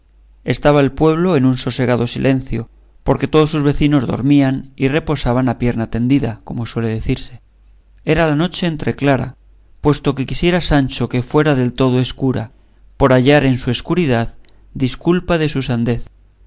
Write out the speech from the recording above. estaba el pueblo en un sosegado silencio porque todos sus vecinos dormían y reposaban a pierna tendida como suele decirse era la noche entreclara puesto que quisiera sancho que fuera del todo escura por hallar en su escuridad disculpa de su sandez